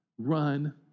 run